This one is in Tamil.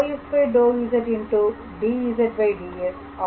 dzds ஆகும்